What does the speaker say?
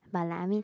but like I mean